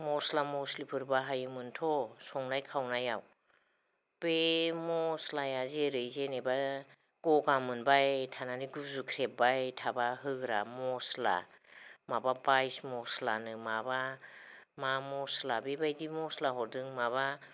मस्ला मस्लिफोर बाहायोमोनथ' संनाय खावनायाव बे मस्लाया जेरै जेनेबा गगा मोनबाय थानानै गुजुख्रेबबाय थाबा होग्रा मस्ला माबा बायस मस्लानो माबा मा मस्ला बेबायदि मस्ला हरदों माबा